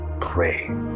pray